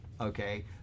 okay